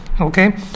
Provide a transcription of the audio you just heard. okay